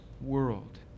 world